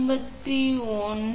6 watts 5